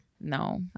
No